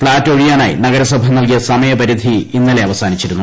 flat ഒഴിയാനായി നഗരസഭ നൽകിയ സമയപരിധി ഇന്നള്ലെ അവസാനിച്ചിരുന്നു